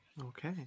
Okay